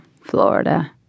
Florida